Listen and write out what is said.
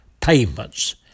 payments